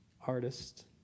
artist